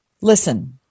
listen